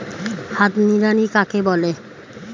হাত নিড়ানি কাকে বলে?